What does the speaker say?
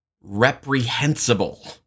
reprehensible